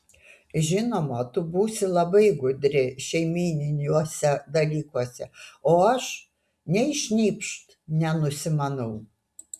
žinoma tu būsi labai gudri šeimyniniuose dalykuose o aš nei šnypšt nenusimanau